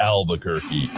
Albuquerque